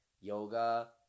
Yoga